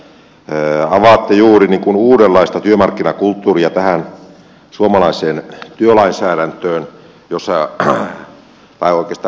avaatte juuri uudenlaista työmarkkinakulttuuria tähän suomalaiseen työlainsäädäntötyö jossa hän on altista